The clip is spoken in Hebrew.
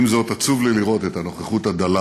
עם זה, עצוב לי לראות את הנוכחות הדלה